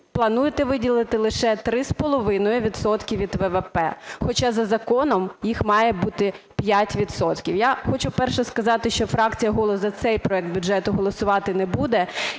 плануєте виділити лише 3,5 відсотка від ВВП, хоча за законом їх має бути 5 відсотків. Я хочу, перше, сказати, що фракція "Голос" за цей проект бюджету голосувати не буде.